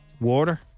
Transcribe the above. water